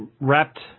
wrapped